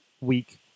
week